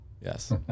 yes